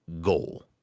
goal